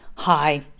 Hi